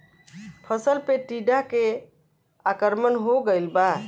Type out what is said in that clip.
फसल पे टीडा के आक्रमण हो गइल बा?